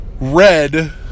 Red